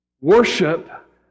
Worship